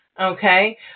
okay